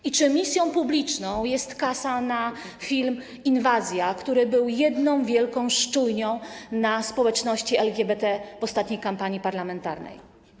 I czy misją publiczną jest kasa na film „Inwazja”, który był jedną wielką szczujnią na społeczności LGBT w ostatniej kampanii parlamentarnej?